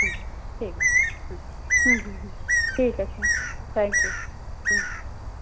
হুম ঠিক আছে হম হুম হুম ঠিক আছে হ্যাঁ থ্যাংক ইউ হুম